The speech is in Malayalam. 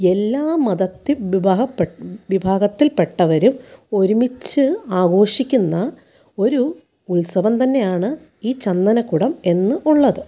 എല്ലാ മതത്തിൽ വിഭാഗപ്പെട്ട വിഭാഗത്തിൽ പെട്ടവരും ഒരുമിച്ച് ആഘോഷിക്കുന്ന ഒരു ഉത്സവം തന്നെയാണ് ഈ ചന്ദനക്കുടം എന്ന് ഉള്ളത്